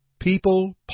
People